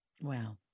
Wow